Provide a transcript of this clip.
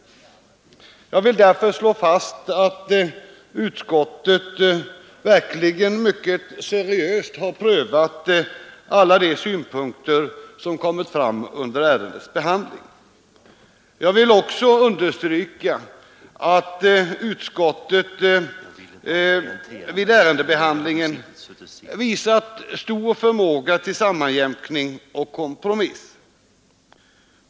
Jag vill därför slå fast att utskottet verkligen mycket seriöst har prövat alla de synpunkter som kommit fram under ärendets behandling. Jag vill också understryka att utskottet vid ärendebehandlingen visat stor förmåga till sammanjämkning och kompromiss.